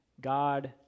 God